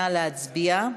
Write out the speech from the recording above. נא להצביע.